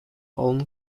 own